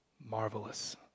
marvelous